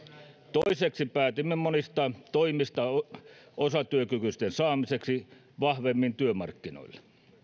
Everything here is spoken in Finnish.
toiseksi päätimme monista toimista osatyökykyisten saamiseksi vahvemmin työmarkkinoille